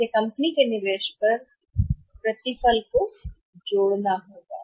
इसलिए कंपनी के निवेश पर प्रतिफल को जोड़ना होगा